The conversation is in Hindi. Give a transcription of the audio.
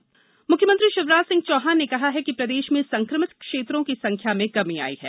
मुख्यमंत्री समीक्षा मुख्यमंत्री शिवराजसिंह चौहान ने कहा है कि प्रदेश में संक्रमित क्षेत्रों की संख्या में कमी आयी है